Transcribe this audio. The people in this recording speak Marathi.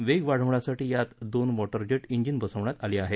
वेग वाढवण्यासाठी यात दोन वॉटर जेट इंजिन बसवण्यात आली आहेत